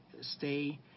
stay